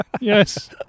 yes